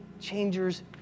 changers